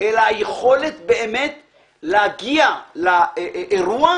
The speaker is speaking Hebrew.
אלא היכולת באמת להגיע לאירוע,